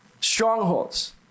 Strongholds